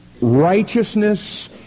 Righteousness